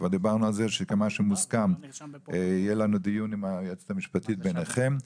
כבר דיברנו על זה שמה שמוסכם יהיה לנו דיון עם היועצת המשפטית ובינכם,